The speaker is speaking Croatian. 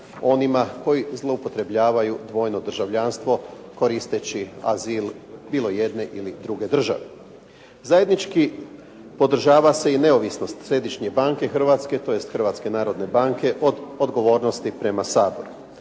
onima koji zloupotrebljavaju dvojno državljanstvo koristeći azil bilo jedne ili druge države. Zajednički podržava se i neovisnost Središnje banke Hrvatske, tj. Hrvatske narodne banke od odgovornosti prema Saboru.